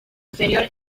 inferior